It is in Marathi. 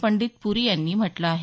पंडित पुरी यांनी म्हटलं आहे